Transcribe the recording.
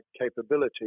capability